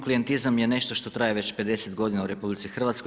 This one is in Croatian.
Klijentizam je nešto što traje već 50 godina u RH.